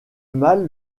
mal